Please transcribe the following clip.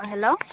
hello